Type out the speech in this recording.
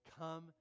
Come